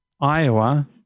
Iowa